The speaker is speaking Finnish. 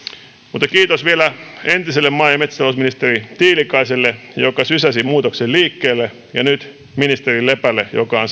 mutta kiitos vielä entiselle maa ja metsätalousministeri tiilikaiselle joka sysäsi muutoksen liikkeelle ja nyt ministeri lepälle joka